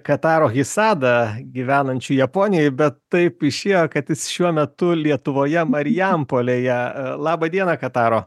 kataro hisada gyvenančiu japonijoj bet taip išėjo kad jis šiuo metu lietuvoje marijampolėje laba diena kataro